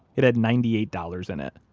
it had ninety eight dollars in it.